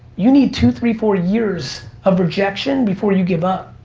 you need two, three, four years of rejection before you give up.